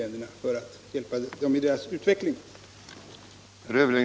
stenternas ekonomiska situation § 5 Om åtgärder för att förbättra elevassistenternas ekonomiska situation